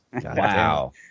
Wow